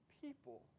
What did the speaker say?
people